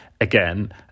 again